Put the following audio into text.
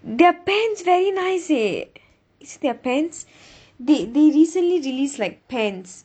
their pants very nice eh is it their pants the~ they recently released like pants